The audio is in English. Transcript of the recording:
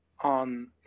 on